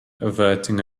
averting